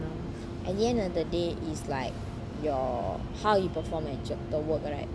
at the end of the day is like your how you perform at job the work right